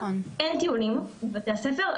אין טיולים בבתי הספר.